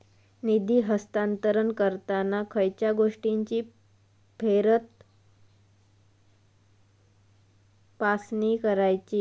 निधी हस्तांतरण करताना खयच्या गोष्टींची फेरतपासणी करायची?